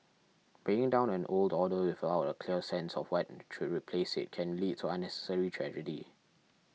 bringing down an old order without a clear sense of what should replace it can lead to unnecessary tragedy